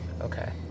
Okay